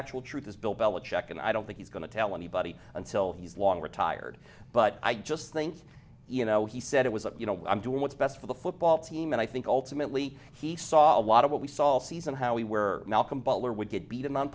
actual truth is bill bell a check and i don't think he's going to tell anybody until he's long retired but i just think you know he said it was a you i'm doing what's best for the football team and i think ultimately he saw a lot of what we saw all season how he where malcolm butler would get beat him on